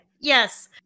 yes